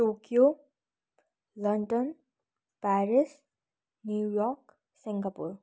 Tokyo London Paris New York Singapore